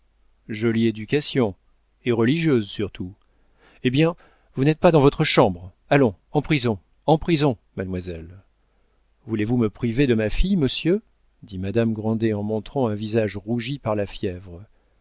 jolie éducation et religieuse surtout hé bien vous n'êtes pas dans votre chambre allons en prison en prison mademoiselle voulez-vous me priver de ma fille monsieur dit madame grandet en montrant un visage rougi par la fièvre